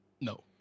No